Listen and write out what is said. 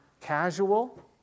casual